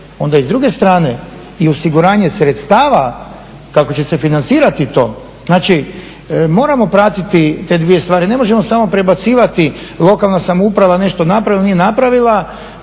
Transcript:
onda i s druge strane i osiguranje sredstava kako će se financirati to. Znači moramo pratiti te dvije stvari, ne možemo samo prebacivati, lokalna samouprava nešto napravi ili nije napravila